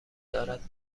دارد